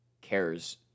cares